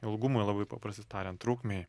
ilgumui labai paprastai tariant trukmei